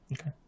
okay